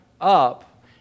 up